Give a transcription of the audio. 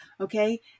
okay